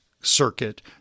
circuit